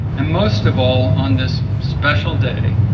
and most of all on this special day,